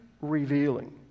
revealing